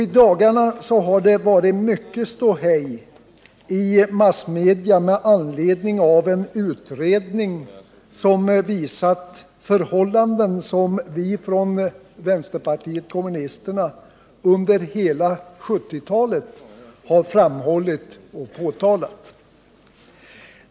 I dagarna har det varit mycket ståhej i massmedia med anledning av en utredning som visat förhållanden som vi från vänsterpartiet kommunisterna under hela 1970-talet har framhållit och påtalat.